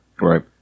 Right